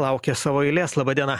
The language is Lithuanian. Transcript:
laukia savo eilės laba diena